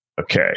Okay